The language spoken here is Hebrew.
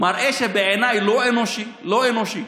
מראה שבעיניי, לא אנושי, לא אנושי,